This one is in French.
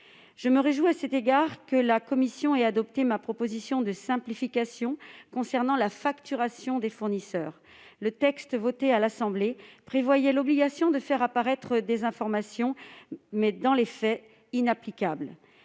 Je me réjouis, à cet égard, que la commission ait adopté ma proposition de simplification concernant la facturation des fournisseurs. Le texte voté à l'Assemblée nationale prévoyait l'obligation de faire apparaître des informations, mais, dans les faits, une telle